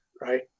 right